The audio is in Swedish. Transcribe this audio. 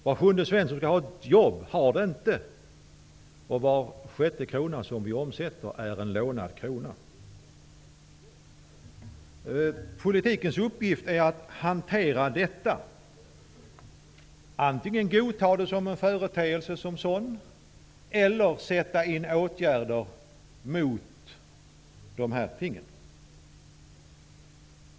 Politikens uppgift är att hantera detta, dvs. antingen godta detta som en företeelse som sådan eller sätta in åtgärder mot tingen.